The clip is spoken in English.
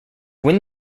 win